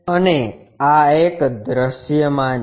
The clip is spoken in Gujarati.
અને આ એક દૃશ્યમાન છે